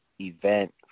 event